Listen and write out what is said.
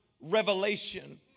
revelation